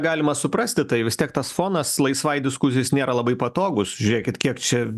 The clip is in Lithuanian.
galima suprasti tai vis tiek tas fonas laisvai diskusijai jis nėra labai patogus žiūrėkit kiek čia